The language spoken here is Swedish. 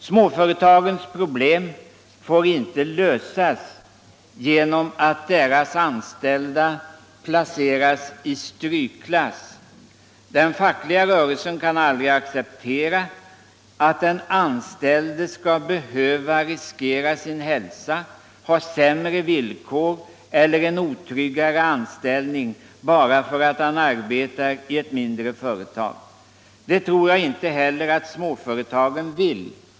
Småföretagens problem får inte lösas genom att deras anställda placeras i strykklass. Den fackliga rörelsen kan aldrig acceptera att den anställde skall behöva riskera sin hälsa, ha sämre villkor eller ha en otryggare anställning bara för att han arbetar i ett mindre företag. Det tror jag inte heller att småföretagen vill.